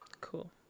Cool